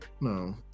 No